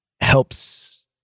helps